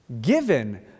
given